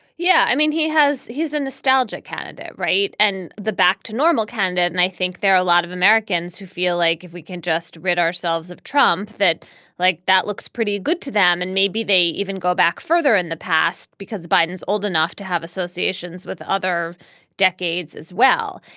yeah i mean he has he's a nostalgic candidate right and the back to normal candidate and i think there are a lot of americans who feel like if we can just rid ourselves of trump that like that looks pretty good to them and maybe they even go back further in the past because biden's old enough to have associations with other decades as well.